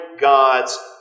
God's